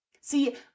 See